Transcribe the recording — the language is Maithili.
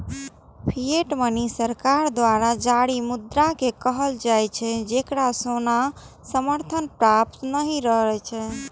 फिएट मनी सरकार द्वारा जारी मुद्रा कें कहल जाइ छै, जेकरा सोनाक समर्थन प्राप्त नहि रहै छै